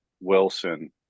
Wilson